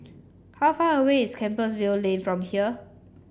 how far away is Compassvale Lane from here